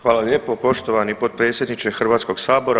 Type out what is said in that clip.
Hvala lijepo poštovani potpredsjedniče Hrvatskog sabora.